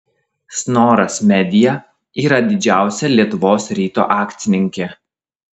snoras media yra didžiausia lietuvos ryto akcininkė